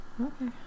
Okay